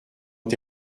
ont